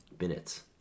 minutes